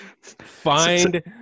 Find